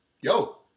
yo